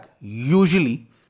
usually